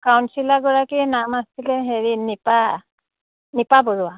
কাউঞ্চিলাৰগৰাকীৰ নাম আছিলে হেৰি নিপা নিপা বৰুৱা